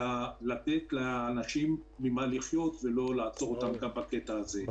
אלא לתת לאנשים ממה לחיות ולא לעצור אותם גם בקטע הזה.